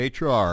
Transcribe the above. HR